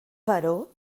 però